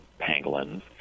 pangolins